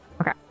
okay